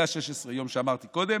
זה ה-16 ימים שאמרתי קודם.